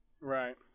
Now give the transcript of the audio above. Right